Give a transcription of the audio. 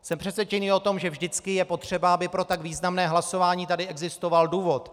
Jsem přesvědčený o tom, že vždycky je potřeba, aby pro tak významné hlasování tady existoval důvod.